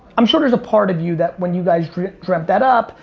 i'm sure there's a part of you that when you guys dreamt dreamt that up,